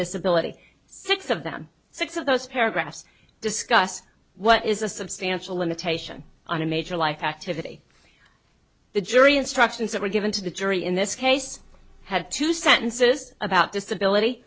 disability six of them six of those paragraphs discussed what is a substantial limitation on a major life activity the jury instructions that were given to the jury in this case had two sentences about disability